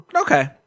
Okay